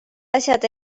asjad